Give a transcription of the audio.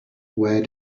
where